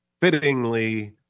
fittingly